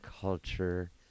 culture